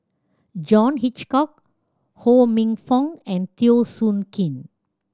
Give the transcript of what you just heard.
John Hitchcock Ho Minfong and Teo Soon Kim